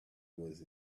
was